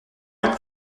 elles